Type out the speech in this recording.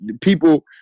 people